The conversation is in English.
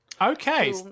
okay